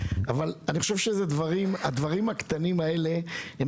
אבל אני חושב שהדברים הקטנים האלה הם